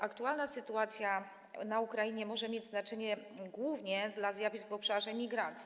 Aktualna sytuacja na Ukrainie może mieć znaczenie głównie dla zjawisk w obszarze migracji.